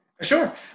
Sure